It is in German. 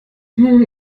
nun